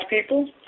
people